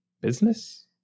Business